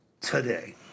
today